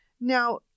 Now